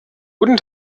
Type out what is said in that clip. guten